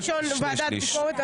מיקי לוי הראשון בוועדת ביקורת.